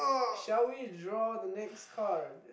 shall we draw the next card